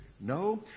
No